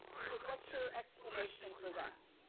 so what's your explanation for that?